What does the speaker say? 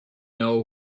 know